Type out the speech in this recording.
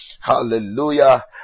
hallelujah